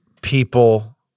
people